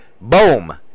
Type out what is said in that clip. Boom